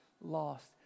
lost